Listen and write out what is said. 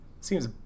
seems